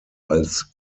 als